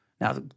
Now